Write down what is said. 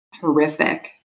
horrific